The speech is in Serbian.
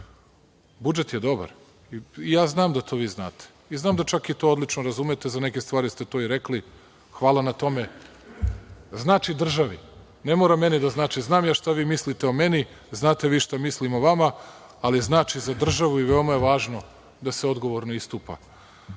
stiglo. Budžet je dobar jer znam da to vi znate i znam da to čak odlično razumete, za neke stvari ste to i rekli, hvala na tome. Znači državi, ne mora meni da znači. Znam ja šta vi mislite o meni, znate vi šta mislim o vama, ali znači za državu i veoma je važno da se odgovorno